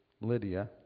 Lydia